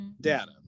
data